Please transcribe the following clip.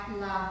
love